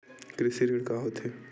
कृषि ऋण का होथे?